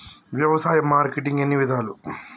వ్యవసాయ మార్కెటింగ్ ఎన్ని విధాలు?